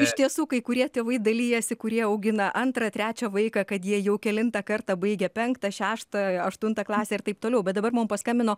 iš tiesų kai kurie tėvai dalijasi kurie augina antrą trečią vaiką kad jie jau kelintą kartą baigia penktą šeštą aštuntą klasę ir taip toliau bet dabar man paskambino